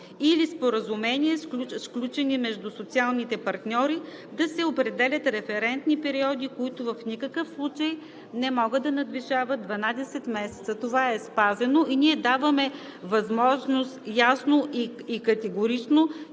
или споразумения, сключени между социалните партньори, да се определят референтни периоди, които в никакъв случай не могат да надвишават 12 месеца“. Това е спазено. Ясно и категорично